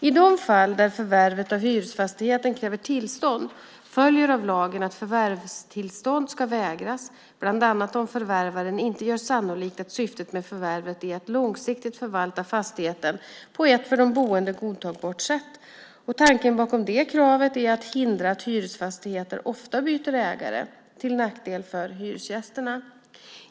I de fall där förvärvet av hyresfastigheten kräver tillstånd följer av lagen att förvärvstillstånd ska vägras bland annat om förvärvaren inte gör sannolikt att syftet med förvärvet är att långsiktigt förvalta fastigheten på ett för de boende godtagbart sätt. Tanken bakom det kravet är att hindra att hyresfastigheter ofta byter ägare, till nackdel för hyresgästerna.